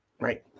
Right